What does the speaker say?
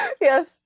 Yes